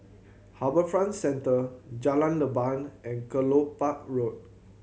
HarbourFront Centre Jalan Leban and Kelopak Road